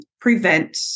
prevent